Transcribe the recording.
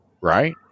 Right